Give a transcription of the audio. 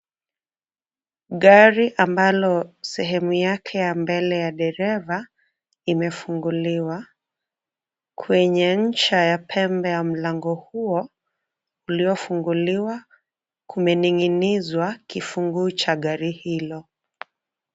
Gari ambalo sehemu yake ya mbele ya dereva imefunguliwa kwenye ncha ya pembe ya mlango huo uliofunguliwa kumeningi'nizwa kifunguu cha gari hilo.